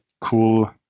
cool